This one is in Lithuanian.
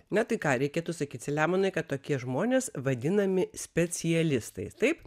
na tai ką reikėtų sakyt selemonai kad tokie žmonės vadinami specialistais taip